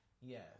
Yes